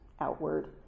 outward